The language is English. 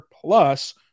plus